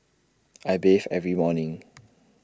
I bathe every morning